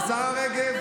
השרה רגב,